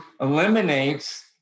eliminates